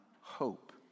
hope